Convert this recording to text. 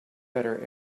better